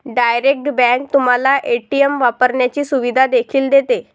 direct bank तुम्हाला ATM वापरण्याची सुविधा देखील देते